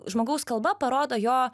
žmogaus kalba parodo jo